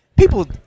People